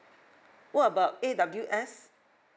what about A W S